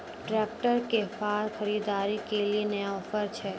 Tractor के फार खरीदारी के लिए नया ऑफर छ?